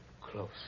close